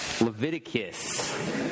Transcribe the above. Leviticus